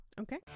Okay